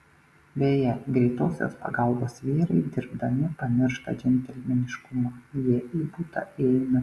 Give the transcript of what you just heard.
beje greitosios pagalbos vyrai dirbdami pamiršta džentelmeniškumą jie į butą įeina pirmieji